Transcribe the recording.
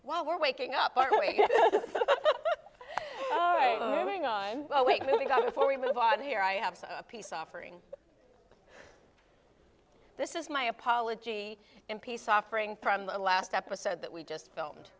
while we're waking up going on oh wait maybe before we move on here i have a peace offering this is my apology in peace offering from the last episode that we just filmed